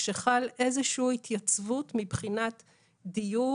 כשחלה איזו שהיא התייצבות מבחינת דיור